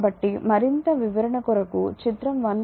కాబట్టి మరింత వివరణ కొరకు చిత్రం 1